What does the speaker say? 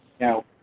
Now